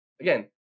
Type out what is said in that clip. again